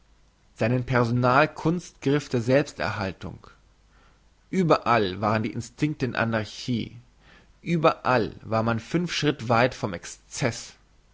seinen personal kunstgriff der selbst erhaltung überall waren die instinkte in anarchie überall war man fünf schritt weit vom excess